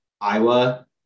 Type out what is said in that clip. Iowa